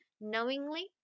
knowingly